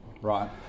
Right